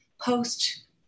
post